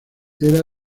era